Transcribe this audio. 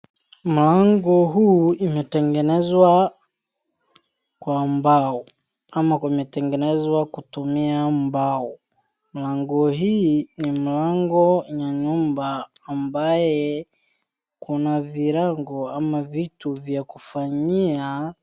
Mlango huu umetengenezwa kwa mbao, ama imetengenezwa kutumia mbao. Mlango huu ni mlango wenye nyumba ambaye kuna virago ama vitu vya kufanyia.